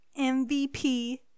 MVP